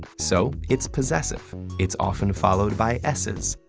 so it's possessive, it's often followed by s's,